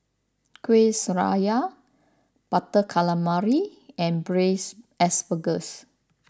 Kuih Syara Butter Calamari and Braised Asparagus